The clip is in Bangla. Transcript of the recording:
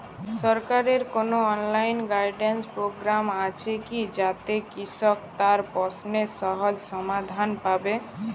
সরকারের কোনো অনলাইন গাইডেন্স প্রোগ্রাম আছে কি যাতে কৃষক তার প্রশ্নের সহজ সমাধান পাবে?